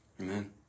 Amen